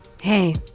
Hey